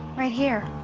right here.